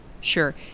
Sure